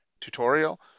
tutorial